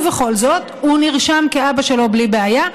ובכל זאת הוא נרשם כאבא שלו בלי בעיה,